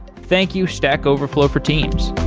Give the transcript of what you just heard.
thank you stack overflow for teams